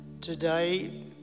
today